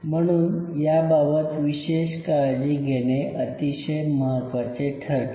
म्हणून याबाबत विशेष काळजी घेणे अतिशय महत्त्वाचे ठरते